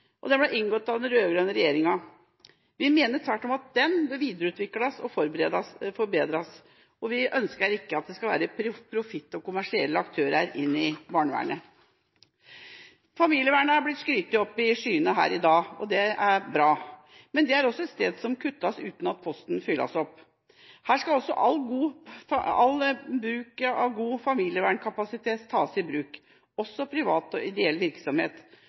av den rød-grønne regjerninga. Vi mener tvert om at den bør videreutvikles og forbedres, og vi ønsker ikke at det skal være profitt og kommersielle aktører i barnevernet. Familievernet har blitt skrytt opp i skyene her i dag, og det er bra. Men det er også et sted der det kuttes uten at posten fylles opp. Her skal altså all bruk av god familievernkapasitet tas i bruk, også privat og ideell virksomhet.